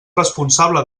responsable